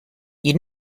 you